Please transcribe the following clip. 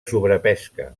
sobrepesca